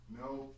No